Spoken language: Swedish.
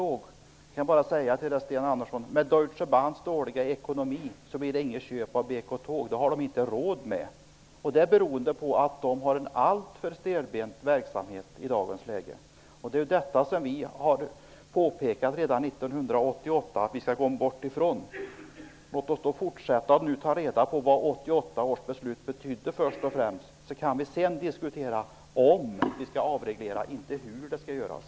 Jag kan bara säga att det med Deutsche Bahns dåliga ekonomi inte blir något köp av BK-Tåg. Det har man inte råd med. Det beror på att Deutsche Bahn i dagens läge har en alltför stelbent verksamhet. Vi påpekade redan 1988 att vi skulle komma bort från detta. Låt oss då fortsätta genom att nu ta reda på vad 1988 års beslut betydde! Sedan kan vi diskutera om vi skall avreglera, inte hur det skall göras.